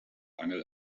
angel